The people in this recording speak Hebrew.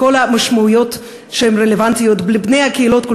בכל המשמעויות שהן רלוונטיות לבני קהילות כל